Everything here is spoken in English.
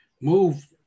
move